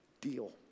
deal